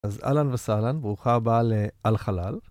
אז אהלן וסהלן, ברוכה הבאה לאל-חלל.